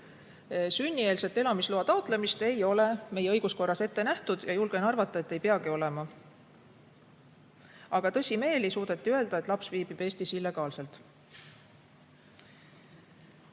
Sünnieelset elamisloa taotlemist ei ole meie õiguskord ette näinud. Julgen arvata, et ei peagi olema. Aga tõsimeeli suudeti öelda, et laps viibib Eestis illegaalselt.